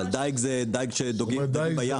אבל דייג זה דייג שדגים דגים בים,